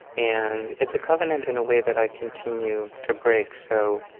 and it's a covenant in a way that i continue to break so